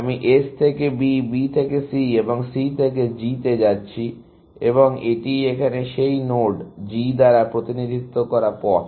আমি S থেকে B B থেকে C এবং C থেকে Gতে যাচ্ছি এবং এটিই এখানে এই নোড G দ্বারা প্রতিনিধিত্ব করা পথ